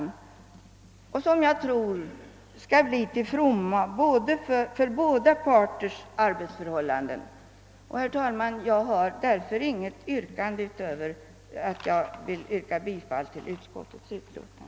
Jag tror att detta närmande skall bli till fromma för båda parters arbetsförhållanden. Herr talman! Jag har därför inget yrkande utöver ett bifall till utskottets hemställan.